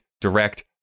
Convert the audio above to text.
direct